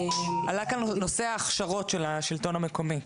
עלה כאן נושא ההכשרות של השלטון המקומי.